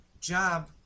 job